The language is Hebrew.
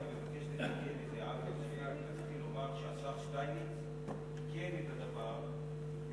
אני מבקש לתקן, לומר שהשר שטייניץ תיקן את הדבר,